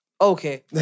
Okay